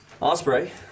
Osprey